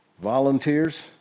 Volunteers